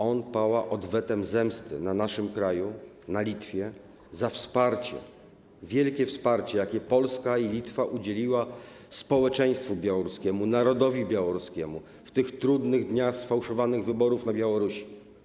On pała chęcią zemsty, odwetu na naszym kraju i na Litwie za wsparcie, wielkie wsparcie, jakiego Polska i Litwa udzieliły społeczeństwu białoruskiemu, narodowi białoruskiemu w trudnych dniach sfałszowanych wyborów na Białorusi.